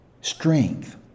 strength